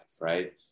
right